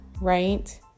right